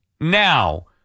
now